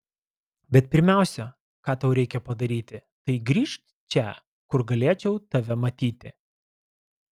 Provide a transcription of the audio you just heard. bet pirmiausia ką tau reikia padaryti tai grįžt čia kur galėčiau tave matyti